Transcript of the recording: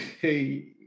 hey